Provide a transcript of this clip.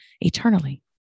eternally